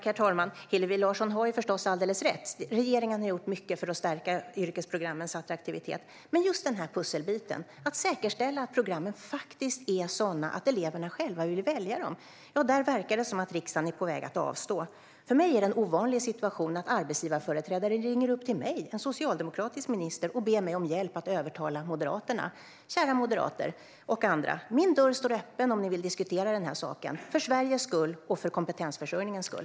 Herr talman! Hillevi Larsson har ju förstås alldeles rätt. Regeringen har gjort mycket för att stärka yrkesprogrammens attraktivitet. Just den här pusselbiten saknas, att säkerställa att programmen är sådana att eleverna själva vill välja dem. Där verkar det som att riksdagen är på väg att avslå förslaget. För mig är det en ovanlig situation att arbetsgivarföreträdare ringer till mig, en socialdemokratisk minister, och ber mig om hjälp att övertala Moderaterna. Kära moderater och andra! Min dörr står öppen om ni vill diskutera den här saken för Sveriges skull och för kompetensförsörjningens skull.